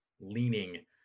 leaning